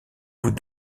vous